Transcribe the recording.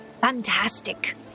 fantastic